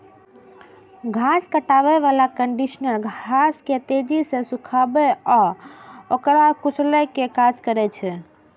घास काटै बला कंडीशनर घास के तेजी सं सुखाबै आ ओकरा कुचलै के काज करै छै